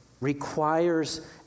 requires